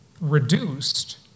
reduced